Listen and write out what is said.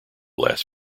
last